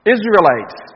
Israelites